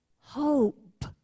hope